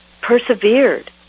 persevered